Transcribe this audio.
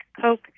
coke